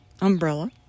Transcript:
umbrella